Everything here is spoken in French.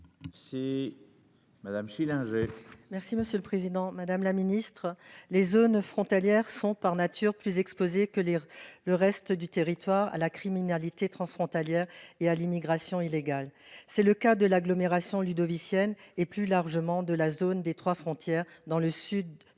C'est. Madame Schillinger. Merci, monsieur le Président Madame la Ministre les zones frontalières sont par nature plus exposés que lire le reste du territoire à la criminalité transfrontalière et à l'immigration illégale. C'est le cas de l'agglomération Ludovic Sienne et plus largement de la zone des trois frontières dans le sud du